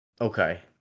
Okay